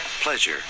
Pleasure